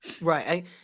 Right